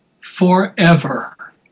forever